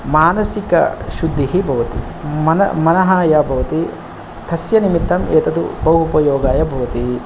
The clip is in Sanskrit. मानसिकशुद्धिः भवति मन् मनः यत् भवति तस्य निमित्तम् एतद् बहु उपयोगाय भवति